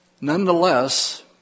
nonetheless